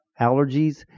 allergies